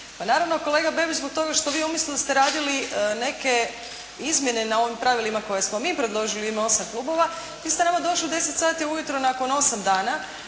naravno kolega Bebić zbog toga što umjesto vi da ste radili neke izmjene na ovim pravilima koje smo mi predložili u ime osam klubova, vi ste nama došli u deset sati ujutro nakon osam dana